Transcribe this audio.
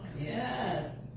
Yes